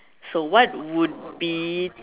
so what would be